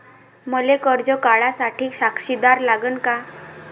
मले कर्ज काढा साठी साक्षीदार लागन का?